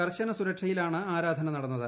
കർശന സുരക്ഷയിലാണ് ആരാധന നടന്നത്